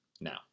now